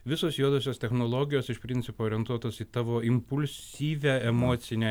visos juodosios technologijos iš principo orientuotos į tavo impulsyvią emocinę